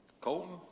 Colton